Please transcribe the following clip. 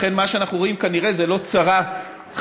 לכן, מה שאנחנו רואים, כנראה, זאת לא צרה חד-פעמית